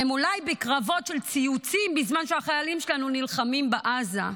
הם אולי בקרבות של ציוצים בזמן שהחיילים שלנו נלחמים בעזה.